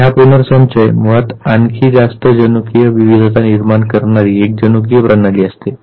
आणि हा पुनर्संचय मुळात आणखी जास्त जनुकीय विविधता निर्माण करणारी एक जनुकीय प्रणाली असते